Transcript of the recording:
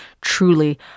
truly